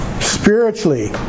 spiritually